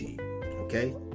okay